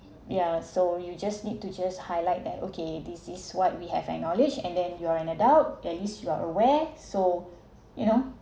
yeah so you just need to just highlight that okay this is what we have acknowledged and then you are an adult at least you are aware so you know